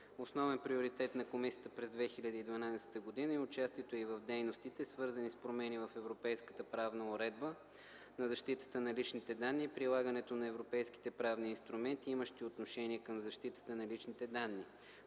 Основен приоритет на Комисията през 2012 г. е участието й в дейностите, свързани с промени в европейската правна уредба на защитата на личните данни и прилагането на европейските правни инструменти, имащи отношение към защитата на личните данни;